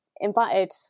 invited